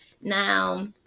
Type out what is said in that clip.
Now